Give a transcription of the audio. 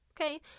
okay